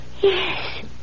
Yes